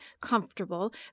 comfortable